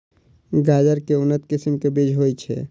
गाजर केँ के उन्नत किसिम केँ बीज होइ छैय?